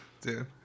dude